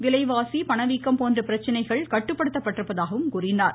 விலைவாசி பணவீக்கம் போன்ற பிரச்சனைகள் கட்டுப்படுத்தப்பட்டிருப்பதாகவும் கூறினார்